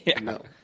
No